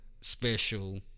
special